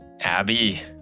Abby